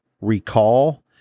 recall